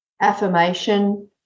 affirmation